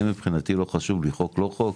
אני מבחינתי לא חשוב לי חוק לא חוק,